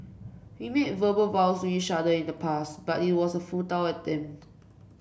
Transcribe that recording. we made verbal vows each other in the past but it was a futile attempt